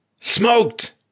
Smoked